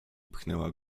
pchnęła